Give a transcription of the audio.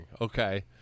Okay